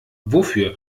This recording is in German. wofür